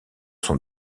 sont